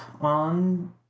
on